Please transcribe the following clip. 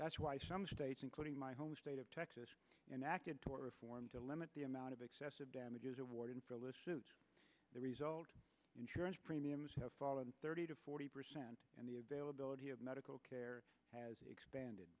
that's why some states including my home state of texas and acted tort reform to limit the amount of excessive damages awarded philip the result insurance premiums have fallen thirty to forty percent and the availability of medical care has expanded